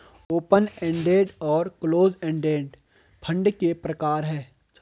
open ended और close ended fund के प्रकार हैं